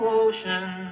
ocean